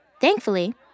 Thankfully